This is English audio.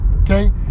okay